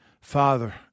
Father